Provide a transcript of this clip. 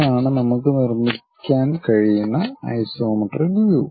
ഇതാണ് നമുക്ക് നിർമ്മിക്കാൻ കഴിയുന്ന ഐസോമെട്രിക് വ്യൂ